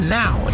now